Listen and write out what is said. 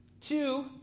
Two